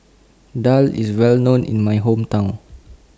Daal IS Well known in My Hometown